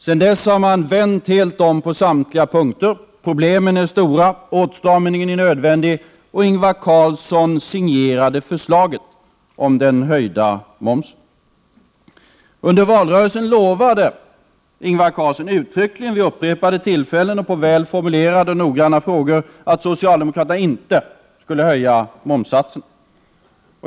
Sedan dess har man vänt helt om på samtliga punkter. Problemen är stora, åtstramningen är nödvändig och Ingvar Carlsson signerade förslaget om den höjda momsen. Under valrörelsen lovade Ingvar Carlsson uttryckligen vid upprepade tillfällen och som svar på noggrant formulerade frågor att socialdemokraterna inte skulle höja momsen.